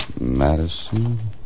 Madison